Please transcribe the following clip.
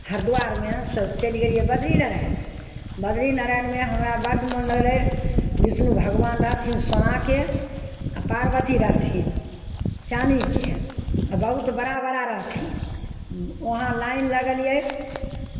हरिद्वारमे सँ चलि गेलियै बद्री नारायण बद्री नारायणमे हमरा बड्ड मोन लगलै विष्णु भगवान रहथिन सोनाके आ पार्वती रहथिन चानीके आ बहुत बड़ा बड़ा रहथिन वहाँ लाइन लगलियै